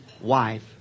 wife